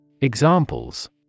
examples